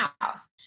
house